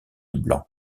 blanc